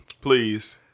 Please